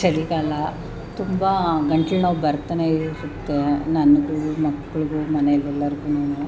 ಚಳಿಗಾಲ ತುಂಬ ಗಂಟ್ಲು ನೋವು ಬರ್ತಾನೆ ಇರುತ್ತೆ ನನಗೂ ಮಕ್ಳಿಗೂ ಮನೇಲಿ ಎಲ್ಲರಿಗೂನು